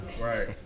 Right